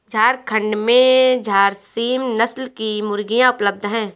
झारखण्ड में झारसीम नस्ल की मुर्गियाँ उपलब्ध है